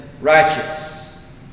righteous